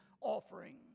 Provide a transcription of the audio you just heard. offering